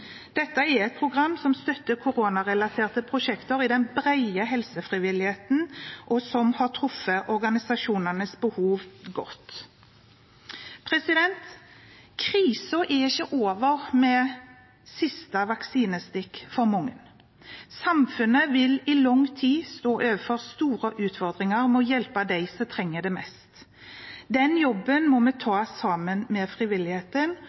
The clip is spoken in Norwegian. Dette er et program som støtter koronarelaterte prosjekter i den brede helsefrivilligheten, og som har truffet organisasjonenes behov godt. Krisen er for mange ikke over med siste vaksinestikk. Samfunnet vil i lang tid stå overfor store utfordringer med å hjelpe de som trenger det mest. Den jobben må vi ta sammen med frivilligheten,